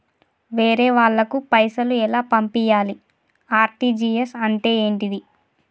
వేరే వాళ్ళకు పైసలు ఎలా పంపియ్యాలి? ఆర్.టి.జి.ఎస్ అంటే ఏంటిది?